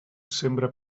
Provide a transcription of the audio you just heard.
sembra